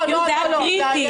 זה היה קריטי.